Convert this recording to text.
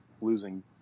losing